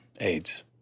AIDS